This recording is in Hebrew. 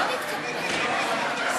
לא נתקבלה,